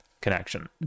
connection